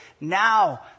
now